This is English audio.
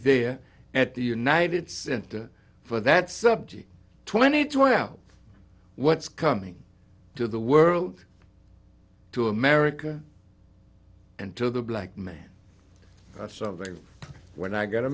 there at the united center for that subject twenty two out what's coming to the world to america and to the black man something when i got a